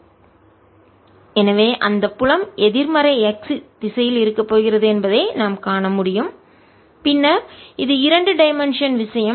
sPcosϕE P20 x எனவே அந்த புலம் எதிர்மறை x திசையில் இருக்கப் போகிறது என்பதை நான் காண முடியும் பின்னர் இது இரண்டு டைமென்ஷன் இரு பரிமாண விஷயம்